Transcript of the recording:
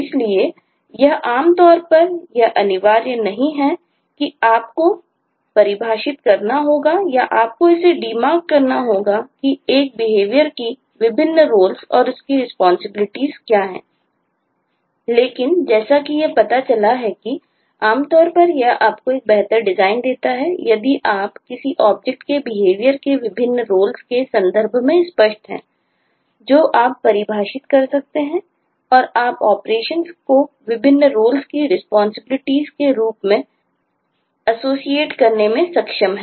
इसलिए यह आम तौर पर यह अनिवार्य नहीं है कि आपको परिभाषित करना होगा या आपको इसे डिमार्क करने में सक्षम है